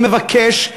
אני מבקש,